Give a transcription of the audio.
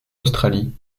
australie